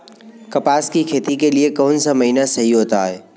कपास की खेती के लिए कौन सा महीना सही होता है?